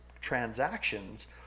transactions